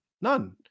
None